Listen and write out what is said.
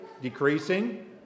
decreasing